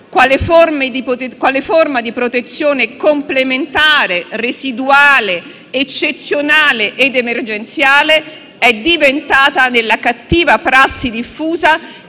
quale forma di protezione complementare, residuale, eccezionale ed emergenziale, è diventata nella cattiva prassi diffusa